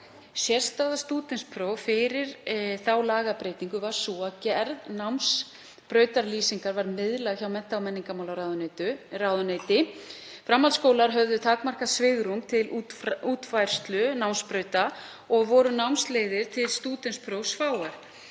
Sérstaða stúdentsprófs fyrir lagabreytinguna var sú að gerð námsbrautarlýsinga var miðlæg hjá mennta- og menningarmálaráðuneyti. Framhaldsskólar höfðu takmarkað svigrúm til útfærslu námsbrauta og voru námsleiðir til stúdentsprófs fáar.